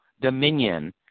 dominion